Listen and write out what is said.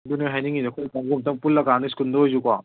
ꯑꯗꯨꯅꯦ ꯍꯥꯏꯅꯤꯡꯉꯤꯁꯦ ꯑꯩꯈꯣꯏ ꯀꯥꯛꯒꯨ ꯑꯝꯇꯪ ꯄꯨꯜꯂꯀꯥꯟꯗ ꯁ꯭ꯀꯨꯜꯗ ꯑꯣꯏꯁꯨꯀꯣ